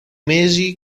mesi